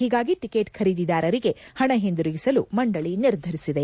ಹೀಗಾಗಿ ಟಿಕೆಟ್ ಖರೀದಿದಾರರಿಗೆ ಹಣ ಹಿಂದಿರಿಗಿಸಲು ಮಂಡಳಿ ನಿರ್ಧರಿಸಿದೆ